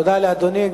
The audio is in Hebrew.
תודה לאדוני.